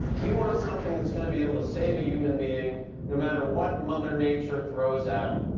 we want something that's going to be able to save a human being no matter what mother nature throws at him.